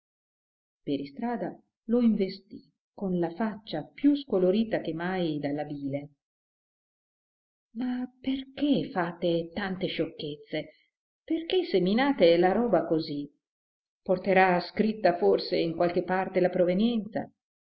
per istrada lo investì con la faccia più scolorita che mai dalla bile ma perché fate tante sciocchezze perché seminate la roba così porterà scritta forse in qualche parte la provenienza